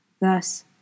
Thus